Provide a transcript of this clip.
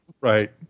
Right